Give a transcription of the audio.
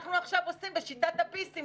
אנחנו עכשיו עושים בשיטת הביסים?